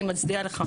אני מצדיעה לך.